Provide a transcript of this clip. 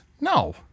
No